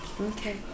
Okay